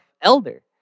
elder